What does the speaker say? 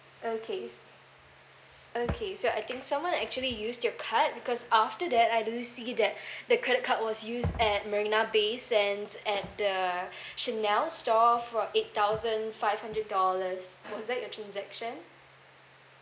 okays okay so I think someone actually used your card because after that I do see that the credit card was used at marina bay sands at the chanel store for eight thousand five hundred dollars was that your transaction